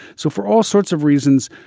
so for all sorts of reasons,